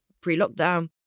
pre-lockdown